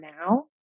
now